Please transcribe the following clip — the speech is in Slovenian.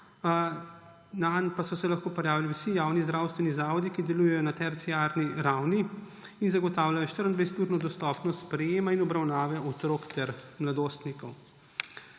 nanj pa so se lahko prijavili vsi javni zdravstveni zavodi, ki delujejo na terciarni ravni in zagotavljajo 24-urno dostopnost sprejema in obravnave otrok ter mladostnikov.